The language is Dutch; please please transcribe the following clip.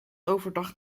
overdag